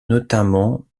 notamment